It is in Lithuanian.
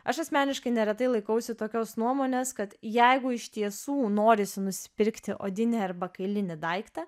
aš asmeniškai neretai laikausi tokios nuomonės kad jeigu iš tiesų norisi nusipirkti odinį arba kailinį daiktą